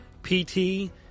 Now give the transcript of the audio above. PT